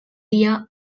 dia